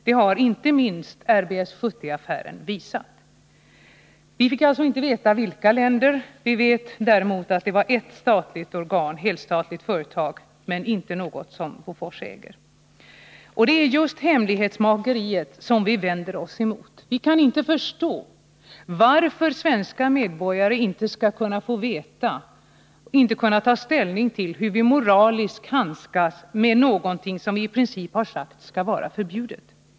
Detta har inte minst RBS 70-affären visat. Vi fick alltså inte veta vilka länder det gäller. Vi vet däremot att det var ett helstatligt företag, men inte något som Bofors äger. Det är just hemlighetsmakeriet som vi vänder oss emot. Vi kan inte förstå varför svenska medborgare inte skall kunna få veta, inte kunna ta ställning till hur vi moraliskt handskas med någonting som vi i princip har sagt skall vara förbjudet.